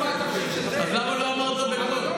אז למה לא אמרת בקול?